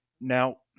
Now